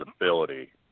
ability